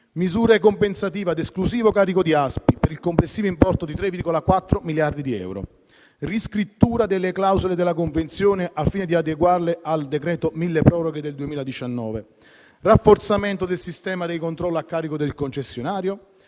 misure compensative ad esclusivo carico di ASPI per il complessivo importo di 3,4 miliardi di euro; riscrittura delle clausole della convenzione al fine di adeguarle al decreto-legge n. 162 del 2019 (cosiddetto milleproroghe); rafforzamento del sistema dei controlli a carico del concessionario;